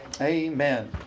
Amen